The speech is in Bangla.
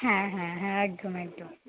হ্যাঁ হ্যাঁ হ্যাঁ একদম একদম